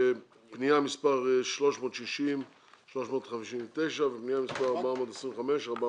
פנייה מס' 359 עד 360 ופנייה מס' 424 עד